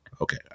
Okay